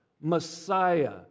Messiah